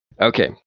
Okay